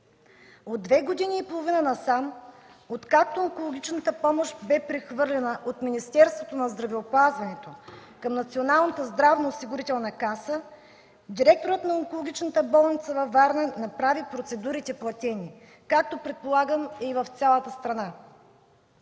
От две години и половина насам, откакто онкологичната помощ бе прехвърлена от Министерството на здравеопазването към Националната здравноосигурителна каса, директорът на онкологичната болница във Варна направи процедурите платени, както предполагам е и в цялата страна.